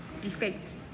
defect